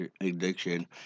addiction